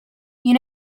you